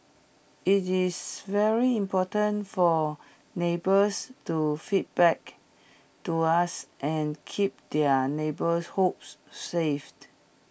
IT is very important for neighbours to feedback to us and keep their neighbourhoods safe